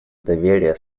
доверия